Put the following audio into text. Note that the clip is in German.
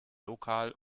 lokal